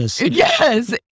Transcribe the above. Yes